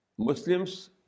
Muslims